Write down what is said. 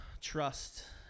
trust